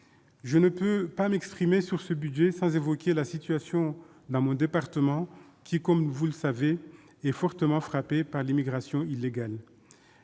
Je ne puis m'exprimer sur ce budget sans évoquer la situation dans mon département, qui, comme vous le savez, est fortement frappé par l'immigration illégale.